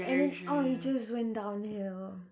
and then all of it just went downhill